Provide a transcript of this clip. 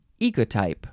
ecotype